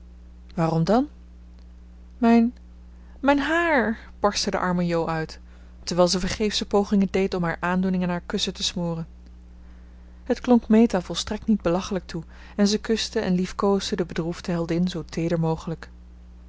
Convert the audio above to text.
waarom dan mijn mijn haar barstte de arme jo uit terwijl ze vergeefsche pogingen deed om haar aandoening in haar kussen te smoren het klonk meta volstrekt niet belachelijk toe en ze kuste en liefkoosde de bedroefde heldin zoo teeder mogelijk